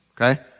okay